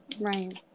right